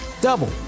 Double